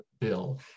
Bill